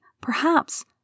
perhaps